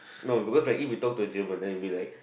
no because like if we talk to German then will be like